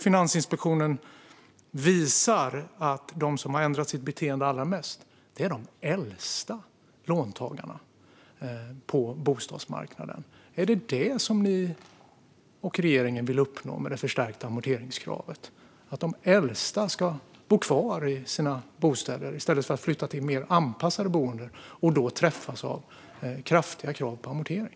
Finansinspektionen visar nu att de som har ändrat sitt beteende allra mest är de äldsta låntagarna på bostadsmarknaden. Är det detta som ni och regeringen vill uppnå med det förstärkta amorteringskravet? Vill ni att de äldsta ska bo kvar i sina bostäder i stället för att flytta till mer anpassade boenden och då träffas av kraftiga krav på amorteringar?